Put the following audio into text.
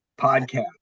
podcast